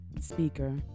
speaker